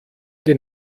den